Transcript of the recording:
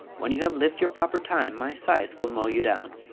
when you have lived your proper time my scythe will mow you down.